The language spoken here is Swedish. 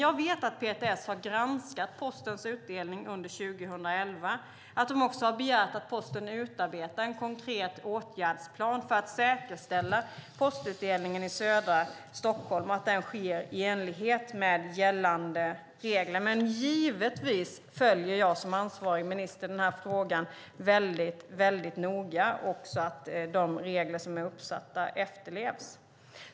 Jag vet att PTS har granskat Postens utdelning under 2011 och att de också begärt att Posten utarbetar en konkret åtgärdsplan för att säkerställa att postutdelningen i södra Stockholm sker i enlighet med gällande regler. Men givetvis följer jag som ansvarig minister frågan väldigt noga. De regler som är uppsatta ska efterlevas.